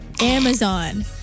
Amazon